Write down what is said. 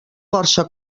força